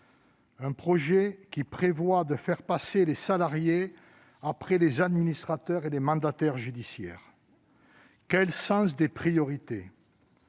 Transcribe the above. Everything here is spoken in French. entreprise, faisant passer les salariés après les administrateurs et les mandataires judiciaires. Quel sens des priorités !